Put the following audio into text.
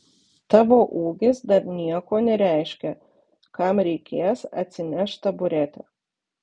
tavo ūgis dar nieko nereiškia kam reikės atsineš taburetę